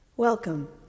Welcome